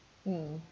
mm